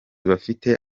bafite